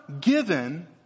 given